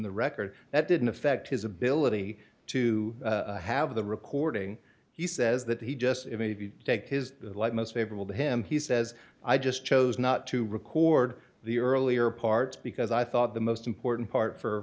the record that didn't affect his ability to have the recording he says that he just if you take his light most favorable to him he says i just chose not to record the earlier parts because i thought the most important part